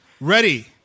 Ready